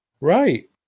Right